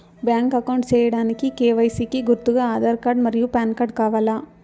Bank account సేయడానికి KYC కి గుర్తుగా ఆధార్ కార్డ్ మరియు పాన్ కార్డ్ కావాలా?